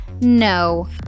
no